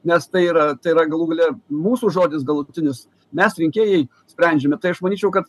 nes tai yra tai yra galų gale mūsų žodis galutinis mes rinkėjai sprendžiame tai aš manyčiau kad